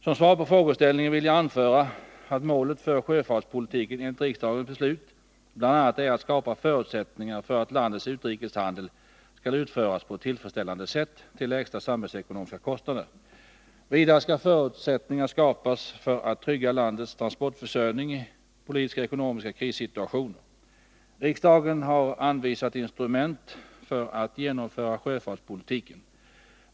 Som svar på frågeställningen vill jag anföra att målet för sjöfartspolitiken enligt riksdagens beslut bl.a. är att skapa förutsättningar för att landets utrikeshandel skall utföras på ett tillfredsställande sätt till lägsta samhällsekonomiska kostnader. Vidare skall förutsättningar skapas för att trygga landets transportförsörjning i politiska och ekonomiska krissituationer. Riksdagen har anvisat instrument för att genomföra sjöfartspolitiken.